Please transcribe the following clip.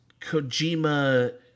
kojima